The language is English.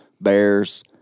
bears